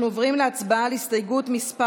אנחנו עוברים להצבעה על הסתייגות מס'